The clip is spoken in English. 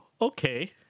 okay